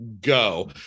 go